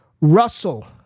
Russell